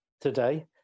today